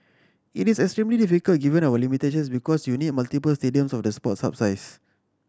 it is extremely difficult given our limitations because you need multiple stadiums of the Sports Hub size